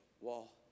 wall